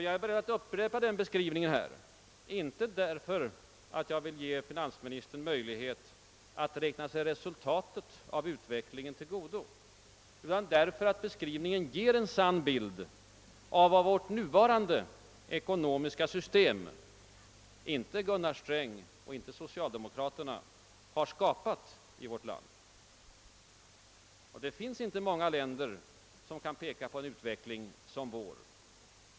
Jag är beredd att upprepa den beskrivningen här, inte därför att jag vill ge finansministern möjlighet att räkna sig resultatet av utvecklingen till godo utan därför att beskrivningen ger en sann bild av vad vårt nuvarande ekonomiska system — inte Gunnar Sträng och inte socialdemokraterna — har skapat i vårt land. Det finns inte många länder som kan peka på en utveckling som vår.